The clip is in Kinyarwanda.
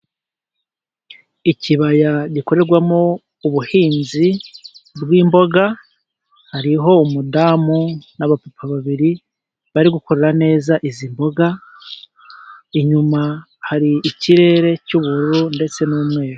Ikibaya gikorerwamo ubuhinzi bw'imboga. Hariho umudamu n'abapapa babiri bari gukora neza . Izi mboga inyuma hari ikirere cy'ubururu, ndetse n'umweru.